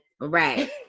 Right